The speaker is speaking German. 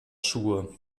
schuhe